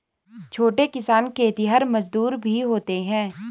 छोटे किसान खेतिहर मजदूर भी होते हैं